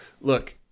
Look